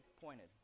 pointed